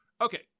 Okay